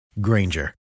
Granger